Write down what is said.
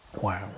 Wow